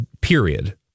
period